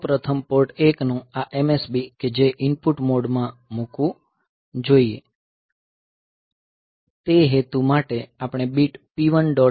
સૌ પ્રથમ પોર્ટ 1 નું આ MSB કે જે ઇનપુટ મોડ માં મૂકવું જોઈએ તે હેતુ માટે આપણે બીટ P1